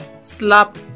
slap